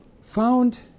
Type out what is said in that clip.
found